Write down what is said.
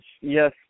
yes